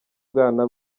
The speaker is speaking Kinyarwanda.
bwana